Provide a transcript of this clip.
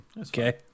okay